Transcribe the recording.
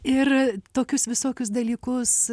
ir tokius visokius dalykus